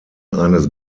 eines